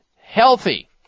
healthy